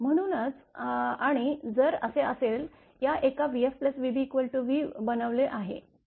म्हणूनच आणि जर असे असेल या एका vfvb v बनवले आहे